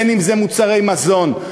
בין שזה מוצרי מזון,